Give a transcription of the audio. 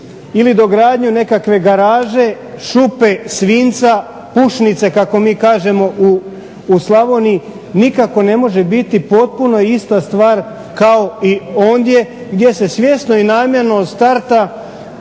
ili dogradnju nekakve garaže, šupe, svinjca, pušnice kako mi kažemo u Slavoniji, nikako ne može biti potpuno ista stvar kao i ondje gdje se svjesno i namjerno starta